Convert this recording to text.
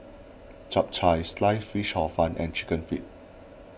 Chap Chai Sliced Fish Hor Fun and Chicken Feet